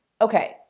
okay